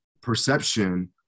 perception